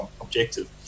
objective